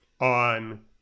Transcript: on